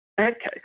Okay